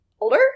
older